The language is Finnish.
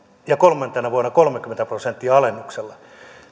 ja kolmantena vuonna kolmekymmentä prosentin alennuksella